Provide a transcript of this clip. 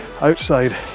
outside